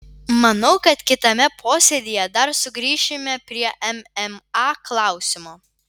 manau kad kitame posėdyje dar sugrįšime prie mma klausimo